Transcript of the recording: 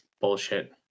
bullshit